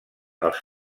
els